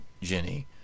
jenny